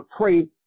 pray